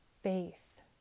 faith